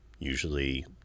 usually